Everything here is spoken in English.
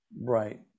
right